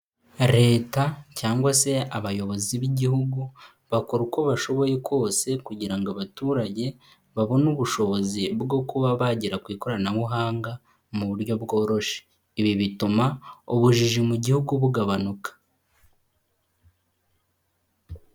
Leta cyangwa se abayobozi b'Igihugu bakora uko bashoboye kose kugira ngo abaturage babone ubushobozi bwo kuba bagera ku ikoranabuhanga mu buryo bworoshye. Ibi bituma ubujiji mu Gihugu bugabanuka.